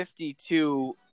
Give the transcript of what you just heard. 52